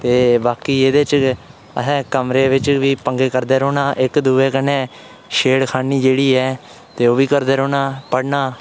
ते बाकी एह्दे च गै ते असें कमरे च बी पंगे करदे रौह्नां इक दूए कन्नै छेड़खानी जेह्ड़ी ऐ ते ओह्बी करदे रौह्ना ते पढ़ना